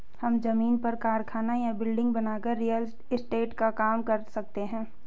हम जमीन पर कारखाना या बिल्डिंग बनाकर रियल एस्टेट का काम कर सकते है